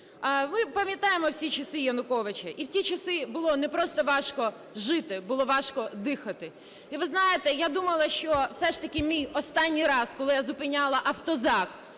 Пам'ятаємо всі часи Януковича. І в ті часи було не просто важко жити, було важко дихати. І ви знаєте, я думала, що все ж таки мій останній раз, коли я зупиняла автозак